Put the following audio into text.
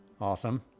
Awesome